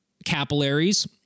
capillaries